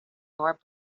more